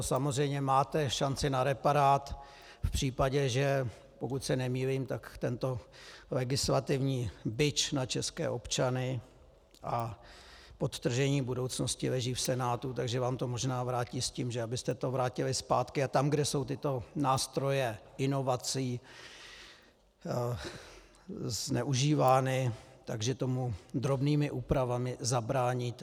Samozřejmě máte šanci na reparát případě, že pokud se nemýlím tak tento legislativní bič na české občany a podtržení budoucnosti leží v Senátu, takže vám to možná vrátí s tím, abyste to vrátili zpátky, a tam, kde jsou tyto nástroje inovací zneužívány, tak že tomu drobnými úpravami zabráníte.